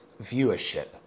viewership